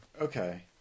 Okay